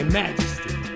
majesty